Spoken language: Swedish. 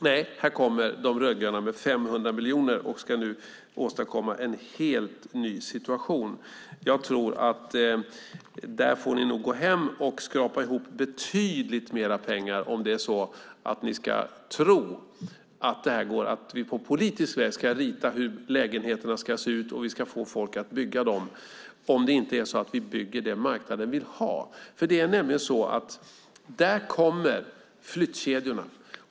Nej, här kommer De rödgröna med 500 miljoner och ska nu åstadkomma en helt ny situation. Jag tror att ni får gå hem och skrapa ihop betydligt mer pengar om ni tror att det på politisk väg ska gå att rita hur lägenheterna ska se ut och om vi ska få folk att bygga dem. Vi måste i stället bygga det marknaden vill ha. Då kommer nämligen flyttkedjorna.